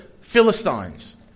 Philistines